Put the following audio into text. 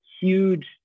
huge